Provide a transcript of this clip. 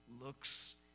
looks